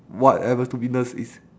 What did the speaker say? whatever is